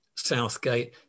Southgate